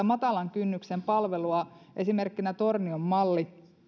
matalan kynnyksen palvelusta esimerkkinä tornion malli